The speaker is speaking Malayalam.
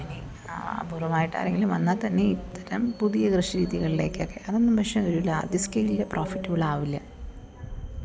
ഇനി അപൂർവ്വമായിട്ട് ആരെങ്കിലും വന്നാൽ തന്നെ ഇത്തരം പുതിയ കൃഷി രീതികളിലേകൊക്കെ അതൊന്നും പക്ഷെ ഒരു ലാർജ് സ്കെയിലിൽ പ്രോഫിറ്റബിൾ ആവില്ല